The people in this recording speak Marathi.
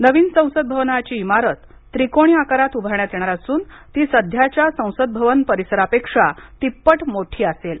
नवीन संसद भवनाची इमारत त्रिकोणी आकारात उभारण्यात येणार असून ती सध्याच्या संसद भवन परिसरापेक्षा तिप्पट मोठी असेल